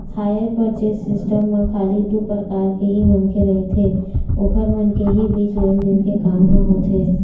hire purchase system म खाली दू परकार के ही मनखे रहिथे ओखर मन के ही बीच लेन देन के काम ह होथे